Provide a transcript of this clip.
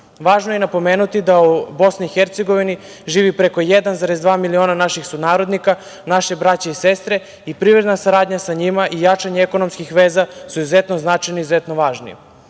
Bosni i Hercegovini živi preko 1,2 miliona naših sunarodnika, naše braće i sestre i privredna saradnja sa njima i jačanje ekonomskih veza su izuzetno značajni i izuzetno važni. Srbija